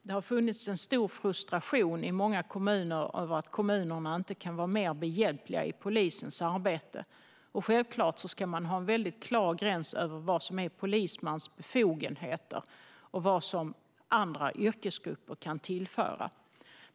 Det har funnits en stor frustration i många kommuner över att de inte kan vara mer behjälpliga i polisens arbete. Självklart ska man ha en väldigt klar gräns för vad som är polismans befogenheter och vad andra yrkesgrupper kan tillföra.